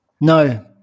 No